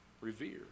revere